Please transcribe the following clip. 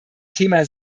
thema